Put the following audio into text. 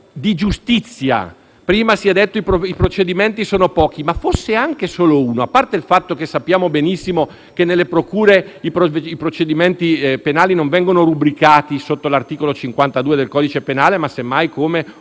di giustizia. Prima si è detto che i procedimenti sono pochi. Ma, fosse anche solo un caso all'anno (a parte il fatto che sappiamo benissimo che nelle procure i procedimenti penali non vengono rubricati sotto l'articolo 52 del codice penale, ma semmai come